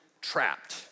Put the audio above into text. trapped